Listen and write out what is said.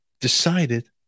decided